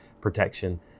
protection